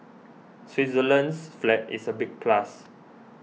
Switzerland's flag is a big plus